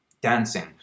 dancing